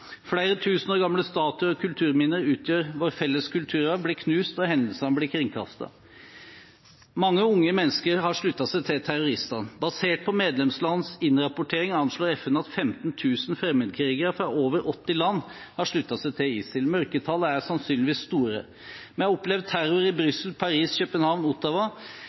Flere tusen år gamle statuer og kulturminner som utgjør vår felles kulturarv, blir knust, og hendelsene blir kringkastet. Mange unge mennesker har sluttet seg til terroristene. Basert på medlemslands innrapportering anslår FN at 15 000 fremmedkrigere fra over 80 land har sluttet seg til ISIL. Mørketallene er sannsynligvis store. Vi har opplevd terror i Brussel, Paris, København og Ottawa.